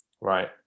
right